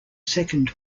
second